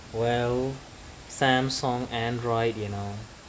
well samsung android you know